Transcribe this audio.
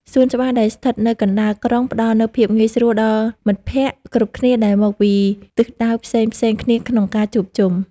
សួនច្បារដែលស្ថិតនៅកណ្តាលក្រុងផ្ដល់នូវភាពងាយស្រួលដល់មិត្តភក្តិគ្រប់គ្នាដែលមកពីទិសដៅផ្សេងៗគ្នាក្នុងការជួបជុំ។